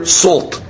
salt